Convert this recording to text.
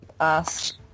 asked